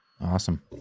Awesome